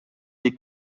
les